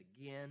Again